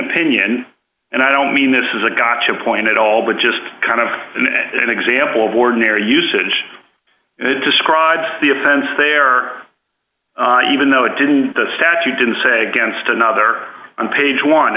opinion and i don't mean this is a got to point at all but just kind of an example of ordinary usage it describes the offense they are even though it didn't the statute didn't say against another on page one